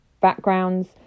backgrounds